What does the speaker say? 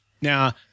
Now